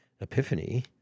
epiphany